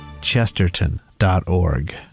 Chesterton.org